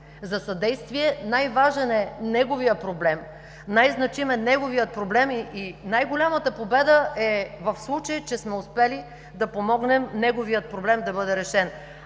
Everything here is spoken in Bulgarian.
за съдействие, най-важен, най-значим е неговият проблем и най-голямата победа е в случай, че сме успели да помогнем неговият проблем да бъде решен.